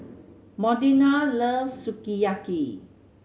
Bodena loves Sukiyaki